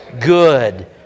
good